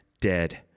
dead